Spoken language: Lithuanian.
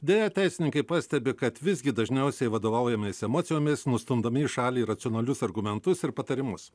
deja teisininkai pastebi kad visgi dažniausiai vadovaujamės emocijomis nustumdami į šalį racionalius argumentus ir patarimus